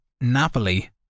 Napoli